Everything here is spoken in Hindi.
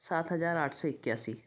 सात हजार आठ सौ इक्यासी